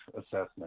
assessment